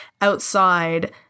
outside